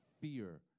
Fear